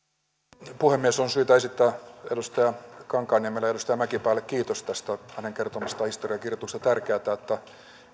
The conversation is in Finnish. arvoisa puhemies on syytä esittää edustaja kankaanniemelle ja edustaja mäkipäälle kiitos tästä heidän kertomastaan historiankirjoituksesta on tärkeätä että